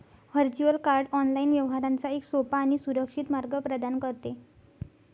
virtual card online व्यवहारांचा एक सोपा आणि सुरक्षित मार्ग प्रदान करते